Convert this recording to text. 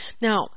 Now